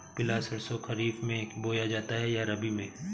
पिला सरसो खरीफ में बोया जाता है या रबी में?